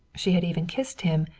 she had even kissed him.